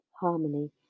harmony